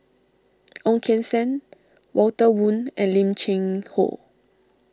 Ong Keng Sen Walter Woon and Lim Cheng Hoe